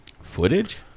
footage